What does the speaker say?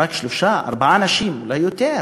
הרג שלוש, ארבע נשים, אולי יותר.